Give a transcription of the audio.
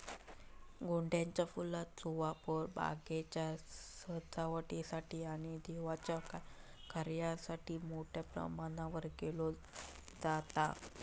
गोंड्याच्या फुलांचो वापर बागेच्या सजावटीसाठी आणि देवाच्या कार्यासाठी मोठ्या प्रमाणावर केलो जाता